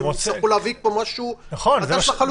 אז רוצים להביא פה משהו חדש לחלוטין.